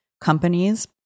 companies